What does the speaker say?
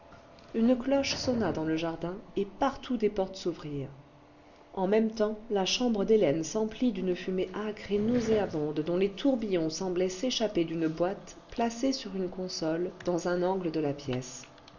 une cloche sonna dans le jardin et partout des portes s'ouvrirent en même temps la chambre d'hélène s'emplit d'une fumée acre et nauséabonde dont les tourbillons semblaient s'échapper d'une boîte placée sur une console dans un angle de la pièce